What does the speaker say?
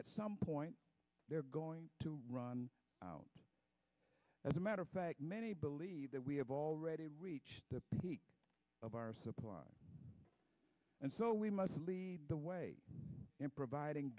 at some point they're going to run out as a matter of fact many believe that we have already reached the peak of our supply and so we must lead the way in providing